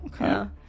Okay